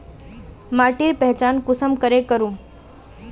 माटिर पहचान कुंसम करे करूम?